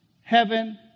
Heaven